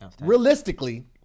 realistically